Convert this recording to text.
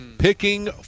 Picking